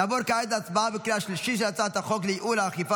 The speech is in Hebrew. נעבור כעת להצבעה בקריאה שלישית על הצעת החוק לייעול האכיפה